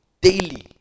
Daily